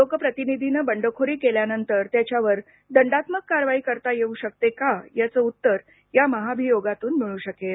लोकप्रतिनिधीनं बंडखोरी केल्यानंतर त्याच्यावर दंडात्मक कारवाई करता येऊ शकते का याचं उत्तर या महाभियोगातून मिळू शकेल